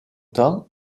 temps